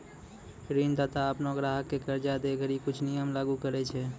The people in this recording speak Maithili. ऋणदाता अपनो ग्राहक क कर्जा दै घड़ी कुछ नियम लागू करय छै